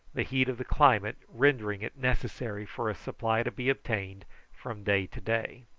the heat of the climate rendering it necessary for a supply to be obtained from day to day.